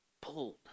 Pulled